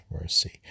mercy